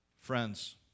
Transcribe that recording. Friends